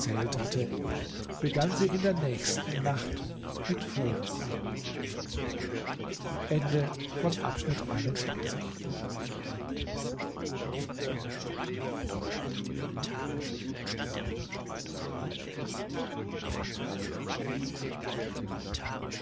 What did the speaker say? hatte begann sie in der nächsten nacht mit folgender